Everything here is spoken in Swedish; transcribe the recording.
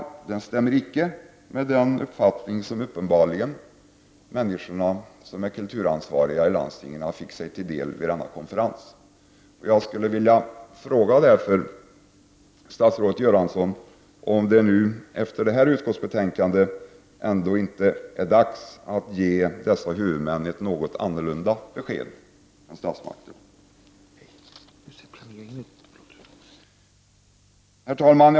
Men den stämmer icke med den uppfattning som uppenbarligen deltagarna, vilka är kulturansvariga i landstingen, fick sig till del vid denna konferens. Jag vill därför fråga statsrådet Göransson om det, efter detta utskottsbetänkande, ändå inte är dags att ge dessa huvudmän ett något annorlunda besked från statsmakterna. Herr talman!